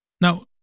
Now